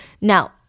Now